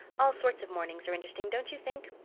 all sorts of mornings are interesting, don't you think?